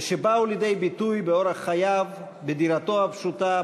ואשר באו לידי ביטוי באורח חייו בדירתו הפשוטה,